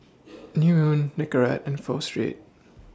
New Moon Nicorette and Pho Street